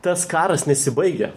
tas karas nesibaigia